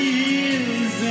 years